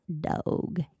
dog